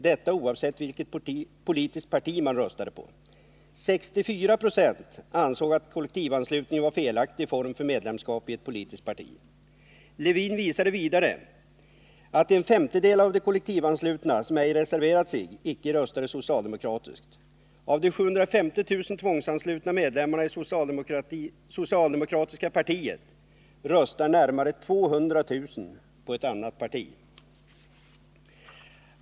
Detta oavsett vilket politiskt parti man röstade på. 64 96 ansåg att kollektivanslutningen var en felaktig form för medlemskap i politiskt parti. Lewin visade vidare att 1/5 av de kollektivanslutna, som ej reserverat sig, inte röstade socialdemokratiskt. Av de 750 000 tvångsanslutna medlemmarna i socialdemokratiska partiet röstar närmare 200 000 på ett annat parti.